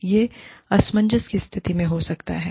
यह असमंजस की स्थिति में हो सकती है